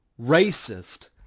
Racist